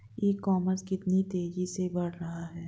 ई commerce कितनी तेजी से बढ़ रहा है?